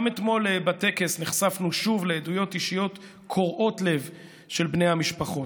גם אתמול בטקס נחשפנו שוב לעדויות אישיות קורעות לב של בני המשפחות.